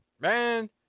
Man